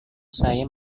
saya